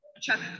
Chuck